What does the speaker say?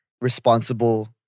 responsible